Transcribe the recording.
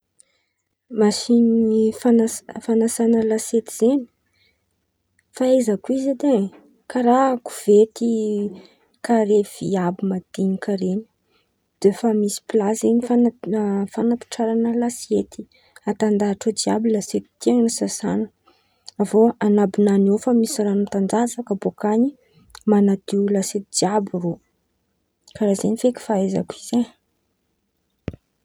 Masin̈y fanasan̈a lasiety zen̈y, fahaizako izy edy ai. Karàha kovety kare vy àby madiniky ren̈y de efa misy pla zen̈y fanampi- fanampitsaran̈a lasiety, atandahitra eo jiàby lasiety tian̈ao sasan̈a, avy eo an̈abon̈any eo efa misy ran̈o mitandatsaka bôka an̈y manadio lasiety jiàby irô karàha zen̈y feky fahaizako izy ai.